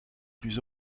plus